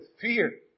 fear